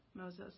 Moses